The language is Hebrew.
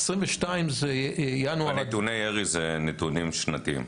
2022 זה ינואר עד --- נתוני ירי הם נתונים שנתיים.